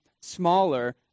smaller